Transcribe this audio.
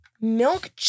Milk